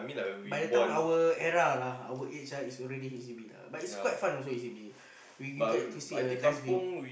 by the time our era lah our age ah it's already H_D_B lah but it's quite fun also H_D_B you you get to see a nice view